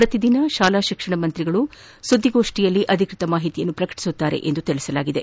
ಶ್ರತಿದಿನ ಶಾಲಾ ಶಿಕ್ಷಣ ಸಚಿವರು ಸುಧ್ಲಿಗೋಷ್ನಿಯಲ್ಲಿ ಅಧಿಕೃತ ಮಾಹಿತಿ ಪ್ರಕಟಿಸಲಿದ್ದಾರೆ ಎಂದು ತಿಳಿಸಲಾಗಿದೆ